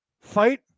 fight